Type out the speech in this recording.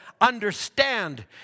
understand